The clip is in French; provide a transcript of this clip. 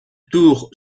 tour